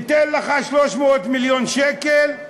ניתן לך 300 מיליון שקל.